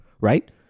Right